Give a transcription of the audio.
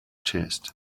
chest